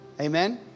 Amen